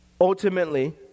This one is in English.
ultimately